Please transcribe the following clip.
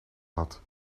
had